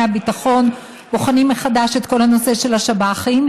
הביטחון בוחנים מחדש את כל הנושא של השב"חים,